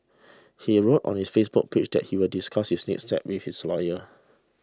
he wrote on his Facebook page that he will discuss his next steps with his lawyer